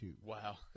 Wow